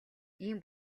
ийм